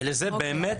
ולזה צריכים תקציב.